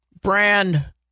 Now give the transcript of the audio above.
brand